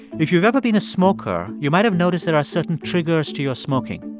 if you've ever been a smoker, you might have noticed there are certain triggers to your smoking.